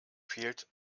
fehlt